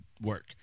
work